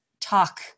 talk